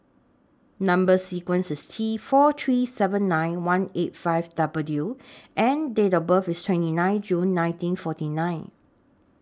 Number sequence IS T four three seven nine one eight five W and Date of birth IS twenty nine June ninrteen forty nine